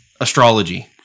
astrology